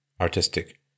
artistic